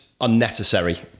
unnecessary